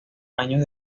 años